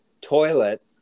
toilet